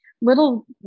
little